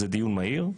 זה דיון מהיר,